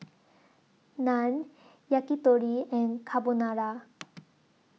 Naan Yakitori and Carbonara